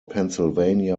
pennsylvania